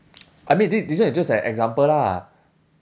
I mean this this one is just an example lah